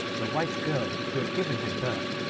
the white girl who had given him birth,